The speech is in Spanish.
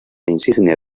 insignia